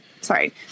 sorry